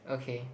okay